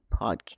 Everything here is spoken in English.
podcast